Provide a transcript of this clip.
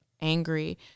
angry